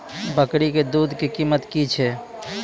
बकरी के दूध के कीमत की छै?